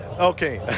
Okay